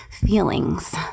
feelings